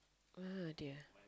oh dear